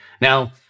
Now